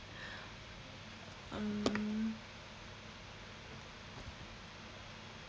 um